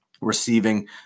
receiving